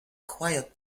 quiet